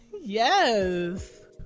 Yes